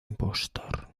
impostor